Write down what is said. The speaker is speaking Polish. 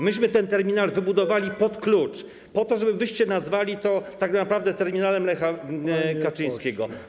My ten terminal wybudowaliśmy pod klucz - po to, żebyście wy nazwali to tak naprawdę terminalem Lecha Kaczyńskiego.